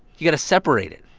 you've got to separate it.